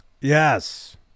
Yes